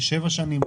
ל-7 שנים,